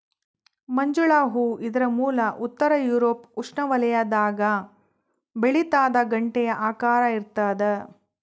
ಮಂಜುಳ ಹೂ ಇದರ ಮೂಲ ಉತ್ತರ ಯೂರೋಪ್ ಉಷ್ಣವಲಯದಾಗ ಬೆಳಿತಾದ ಗಂಟೆಯ ಆಕಾರ ಇರ್ತಾದ